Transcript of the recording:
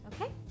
okay